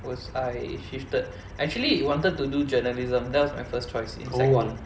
was I shifted actually wanted to do journalism that was my first choice in sec one